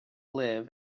live